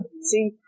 See